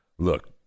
Look